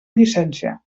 llicència